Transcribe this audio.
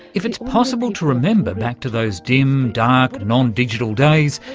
if it's possible to remember back to those dim dark, non-digital days,